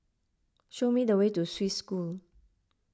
show me the way to Swiss School